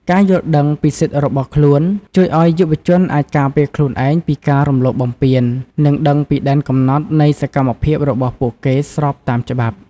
ការយល់ដឹងពីសិទ្ធិរបស់ខ្លួន ជួយឲ្យយុវជនអាចការពារខ្លួនឯងពីការរំលោភបំពាន និងដឹងពីដែនកំណត់នៃសកម្មភាពរបស់ពួកគេ ស្របតាមច្បាប់។